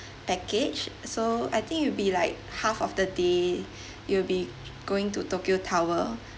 package so I think it will be like half of the day you will be going to tokyo tower